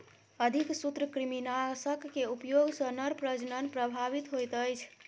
अधिक सूत्रकृमिनाशक के उपयोग सॅ नर प्रजनन प्रभावित होइत अछि